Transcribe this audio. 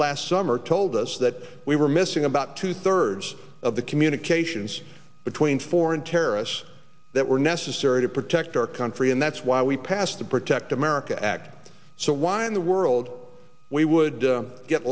last summer told us that we were missing about two thirds of the communications between foreign terrorists that were necessary to protect our country and that's why we passed the protect america act so why in the world we would get